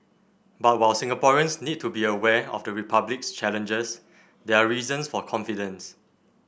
but while Singaporeans need to be aware of the Republic's challenges there are reasons for confidence